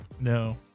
no